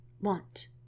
want